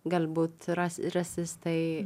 galbūt rasi rasistai